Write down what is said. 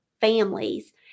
families